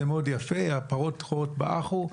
זה מאוד יפה הפרות רעות באחו,